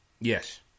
Yes